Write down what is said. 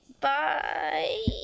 bye